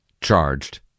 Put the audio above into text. charged